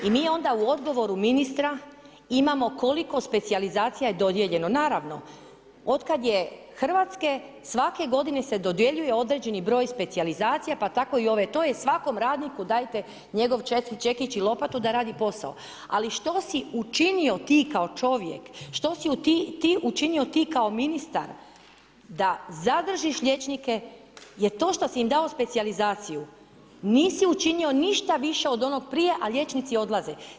I mi onda u odgovoru ministra imamo koliko specijalizacija je dodijeljeno, naravno, otkad je Hrvatske, svake godine se dodjeljuje određeni broj specijalizacija pa tako i ove, to je svakom radniku dajte njegov čekić i lopatu da radi posao, ali što si učinio ti kao čovjek, što si ti učinio ti kao ministar da zadržiš liječničke jer to što si im dao specijalizaciju, nisi učinio ništa više od onog prije a liječnici odlaze.